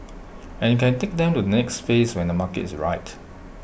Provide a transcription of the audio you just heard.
and you can take them to the next phase when the market is right